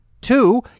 two